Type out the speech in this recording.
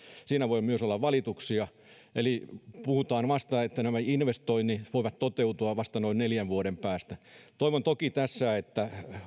siinä voi olla myös valituksia eli puhutaan siitä että nämä investoinnit voivat toteutua vasta noin neljän vuoden päästä toivon toki tässä että